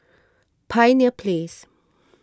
Pioneer Place